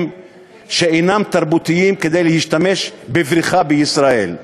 שאינם תרבותיים כדי להשתמש בבריכה בישראל.